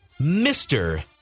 Mr